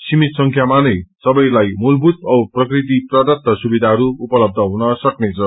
सीमित संख्यामा नै सबैलाई मूलभूत औ प्रकृति प्रदत्त सुविधाहरू उपलबध हुन सकनेछ